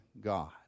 God